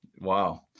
Wow